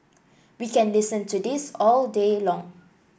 we can listen to this all day long